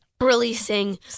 releasing